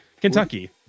Kentucky